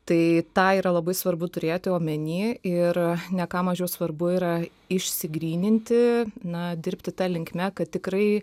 tai tą yra labai svarbu turėti omeny ir ne ką mažiau svarbu yra išsigryninti na dirbti ta linkme kad tikrai